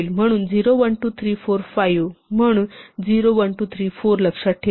म्हणून 0 1 2 3 4 5 म्हणून 0 1 2 3 4 लक्षात ठेवा